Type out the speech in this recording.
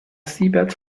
siebert